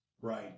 Right